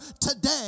today